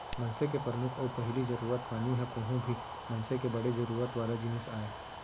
मनसे के परमुख अउ पहिली जरूरत पानी ह कोहूं भी मनसे के बड़े जरूरत वाला जिनिस आय